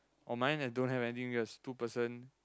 on mine i don't have anything there two person